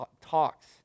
talks